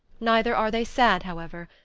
neither are they sad, however.